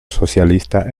socialista